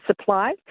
supply